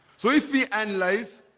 so if we analyze